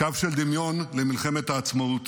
קו של דמיון למלחמת העצמאות.